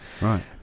right